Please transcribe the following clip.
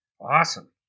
Awesome